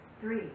three